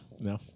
No